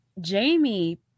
Jamie